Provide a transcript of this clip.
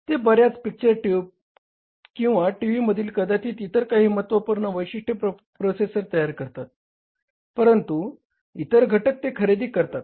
ते बऱ्याच picture tube किंवा टीव्ही मधील कदाचित इतर काही महत्त्वपूर्ण वैशिष्ट प्रोसेसर तयार करतात परंतु इतर घटक ते खरेदी करतात